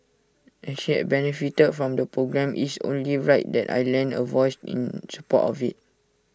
as she had benefited from the programme is only right that I lend A voice in support of IT